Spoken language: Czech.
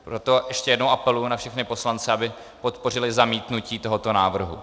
Proto ještě jednou apeluji na všechny poslance, aby podpořili zamítnutí tohoto návrhu.